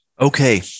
Okay